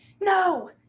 No